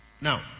Now